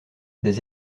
des